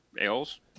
Ales